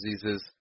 diseases